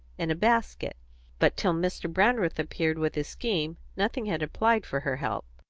in a basket but till mr. brandreth appeared with his scheme, nothing had applied for her help.